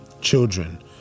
Children